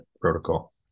protocol